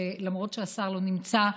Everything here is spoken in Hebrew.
שלמרות שהשר לא נמצא,